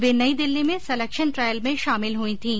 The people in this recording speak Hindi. वे नई दिल्ली में सलेक्शन ट्रायल में शामिल हुई थीं